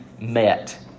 met